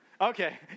Okay